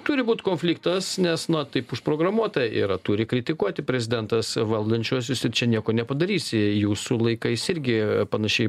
turi būt konfliktas nes na taip užprogramuota yra turi kritikuoti prezidentas valdančiuosius ir čia nieko nepadarysi jūsų laikais irgi panašiai